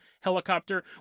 helicopter